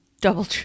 Double